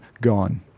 gone